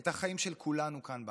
את החיים של כולנו כאן בארץ.